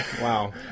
Wow